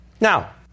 Now